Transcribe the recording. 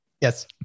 Yes